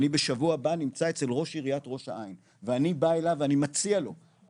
אני בשבוע הבא נמצא אצל ראש עריית ראש העין ואני בא אליו ואני מציע לו,